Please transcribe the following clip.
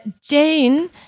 Jane